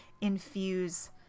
infuse